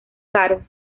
caro